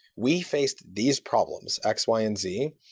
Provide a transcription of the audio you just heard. we faced these problems x, y, and z,